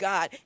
God